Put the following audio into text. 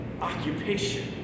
Occupation